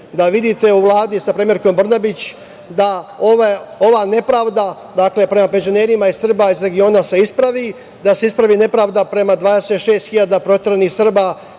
da vidite u Vladi sa premijerkom Brnabić da ova nepravda prema penzionerima i Srbima iz regiona se ispravi, da se ispravi nepravda prema 26 hiljada proteranih Srba